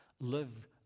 live